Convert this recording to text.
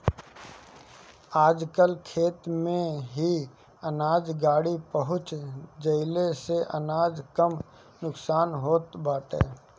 आजकल खेते में ही अनाज गाड़ी पहुँच जईले से अनाज कम नुकसान होत बाटे